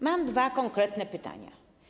Mam dwa konkretne pytania.